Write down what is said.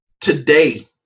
Today